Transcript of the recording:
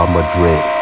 Madrid